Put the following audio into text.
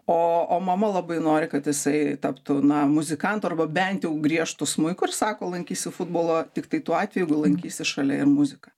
o o mama labai nori kad jisai taptų na muzikantu arba bent jau griežtų smuiku ir sako lankysi futbolą tiktai tuo atveju jeigu lankysi šalia ir muziką